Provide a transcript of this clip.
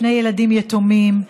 שני ילדים יתומים,